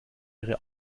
ihre